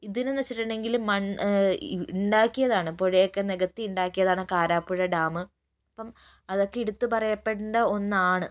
ഇതിന് എന്ന് വെച്ചിട്ടുണ്ടെങ്കില് മണ്ണ് ഉണ്ടാക്കിയതാണ് പുഴയൊക്കെ നികത്തി ഉണ്ടാക്കിയതാണ് കാരാപ്പുഴ ഡാമ് അപ്പം അതൊക്കെ എടുത്തുപറയപ്പെടണ്ട ഒന്നാണ്